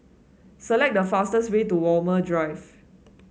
select the fastest way to Walmer Drive